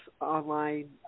online